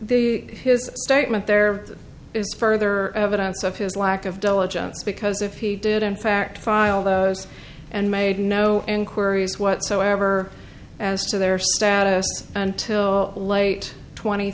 this his statement there is further evidence of his lack of diligence because if he did in fact file those and made no inquiries whatsoever as to their status until late tw